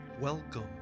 Welcome